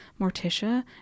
Morticia